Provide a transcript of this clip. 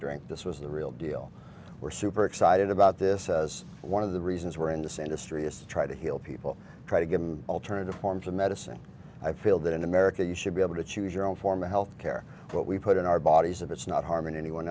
drink this was the real deal we're super excited about this as one of the reasons we're in the sand history is to try to heal people try to give them alternative forms of medicine i feel that in america you should be able to choose your own form of health care what we put in our bodies of it's not harming anyone